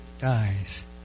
dies